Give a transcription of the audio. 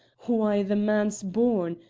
why, the man's born!